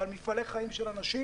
ועל מפעלי חיים של אנשים,